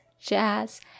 jazz